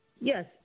Yes